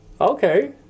okay